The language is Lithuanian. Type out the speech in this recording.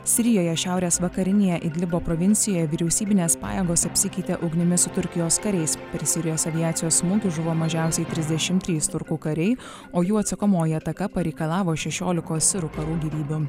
sirijoje šiaurės vakarinėje idlibo provincijoj vyriausybinės pajėgos apsikeitė ugnimi su turkijos kariais per sirijos aviacijos smūgius žuvo mažiausiai tridešimt trys turkų kariai o jų atsakomoji ataka pareikalavo šešiolikos sirų karų gyvybių